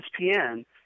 ESPN